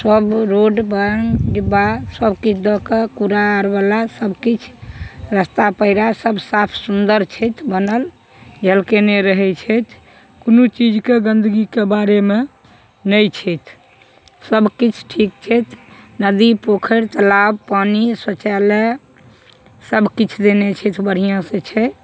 सब रोड बान्ह डिब्बा सबकिछु दऽ कऽ कूड़ा आर बला सब किछु रस्ता पेयरा सब साफ सुन्दर छथि बनल झलकेने रहै छथि कोनो चीज के गन्दगी के बारेमे नहि छथि सबकिछु ठीक छथि नदी पोखरि तलाब पानि शौचालय सबकिछु देने छथि बढ़िऑं से छै